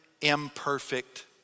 imperfect